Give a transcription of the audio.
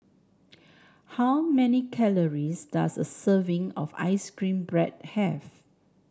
how many calories does a serving of ice cream bread have